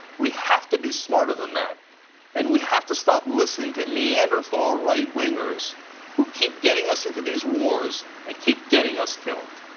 we have to be smarter than that and we have to stop listening to neanderthal right-wingers who keep getting us into these wars and keep getting us killed.